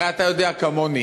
הרי אתה יודע כמוני